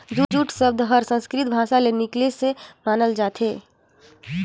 jute सबद हर संस्कृति भासा ले निकलिसे मानल जाथे